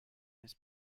this